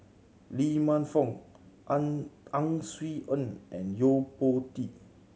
Lee Man Fong Ang Ang Swee Aun and Yo Po Tee